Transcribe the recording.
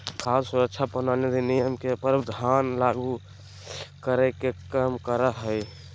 खाद्य सुरक्षा प्रणाली अधिनियम के प्रावधान लागू कराय के कम करा हइ